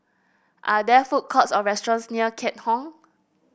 are there food courts or restaurants near Keat Hong